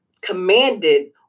commanded